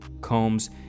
Combs